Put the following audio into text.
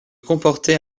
comportait